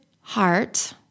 heart